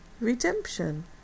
redemption